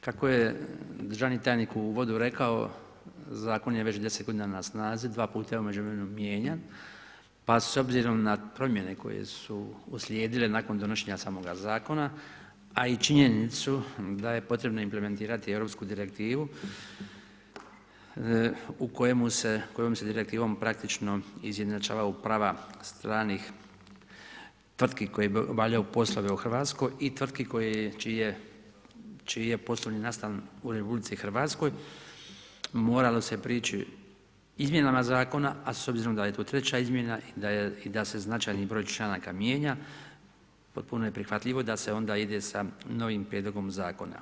Kako je državni tajnik u uvodu rekao, Zakon je već 10 godina na snazi, dva puta je u međuvremenu mijenjan, pa s obzirom na promjene koje su uslijedile nakon donošenja samoga zakona, a i činjenicu da je potrebno implementirati europsku direktivu, kojom se direktivom praktično izjednačavaju prava stranih tvrtki koje obavljaju poslove u RH i tvrtki čiji je poslovni nastan u RH, moralo se prići izmjenama zakona, a s obzirom da je to treća izmjena i da se značajni broj članaka mijenja, potpuno je prihvatljivo da se onda ide sa novim Prijedlogom zakona.